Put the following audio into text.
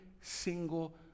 single